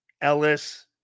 Ellis